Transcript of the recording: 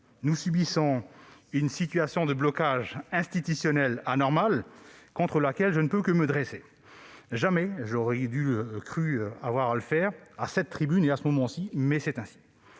Nous subissons une situation de blocage institutionnel anormale, contre laquelle je ne peux que me dresser. Jamais je n'aurais cru devoir le faire à cette tribune et à ce moment précis, mais c'est ainsi.